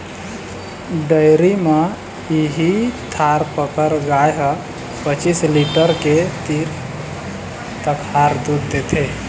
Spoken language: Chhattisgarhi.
डेयरी म इहीं थारपकर गाय ह पचीस लीटर के तीर तखार दूद देथे